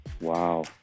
Wow